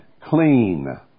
clean